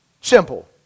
Simple